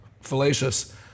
fallacious